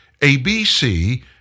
ABC